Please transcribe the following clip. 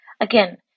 again